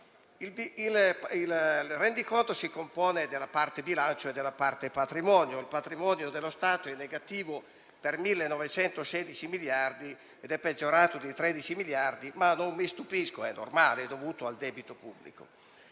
Il rendiconto si compone della parte bilancio e della parte patrimonio. Il patrimonio dello Stato è negativo per 1.916 miliardi ed è peggiorato di 13 miliardi, ma non mi stupisco: è normale ed è dovuto al debito pubblico.